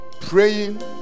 praying